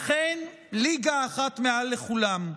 אכן, ליגה אחת מעל כולם.